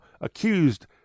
accused